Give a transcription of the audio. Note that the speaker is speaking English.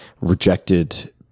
rejected